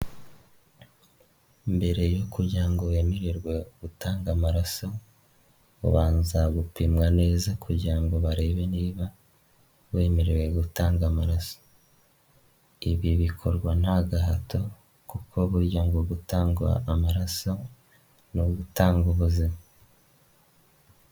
Mbere yo kugira ngo wemererwe gutanga amaraso, ubanza gupimwa neza kugira ngo barebe niba wemerewe gutanga amaraso, ibi bikorwa nta gahato kuko burya ngo gutanga amaraso, ni ugutanga ubuzima.